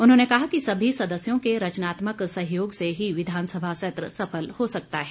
उन्होंने कहा कि सभी सदस्यों के रचनात्मक सहयोग से ही विधानसभा सत्र सफल हो सकता है